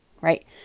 right